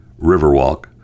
Riverwalk